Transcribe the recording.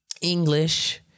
English